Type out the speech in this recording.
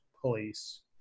police